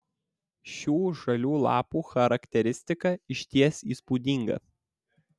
šių žalių lapų charakteristika išties įspūdinga